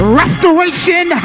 restoration